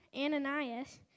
Ananias